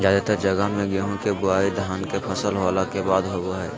जादेतर जगह मे गेहूं के बुआई धान के फसल होला के बाद होवो हय